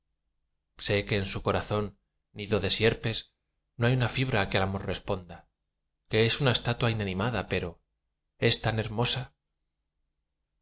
sé que en su corazón nido de sierpes no hay una fibra que al amor responda que es una estatua inanimada pero es tan hermosa